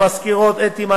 המזכירות אתי,